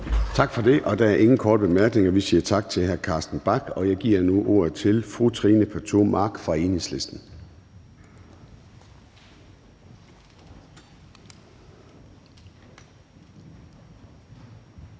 Tak for det. Der er ingen korte bemærkninger. Vi siger tak til hr. Carsten Bach, og jeg giver nu ordet til fru Trine Pertou Mach fra Enhedslisten. Kl.